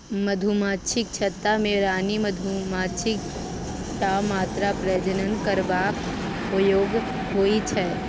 मधुमाछीक छत्ता मे रानी मधुमाछी टा मात्र प्रजनन करबाक योग्य होइ छै